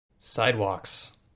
Sidewalks